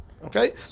Okay